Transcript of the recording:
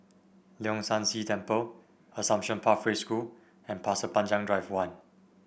Leong San See Temple Assumption Pathway School and Pasir Panjang Drive One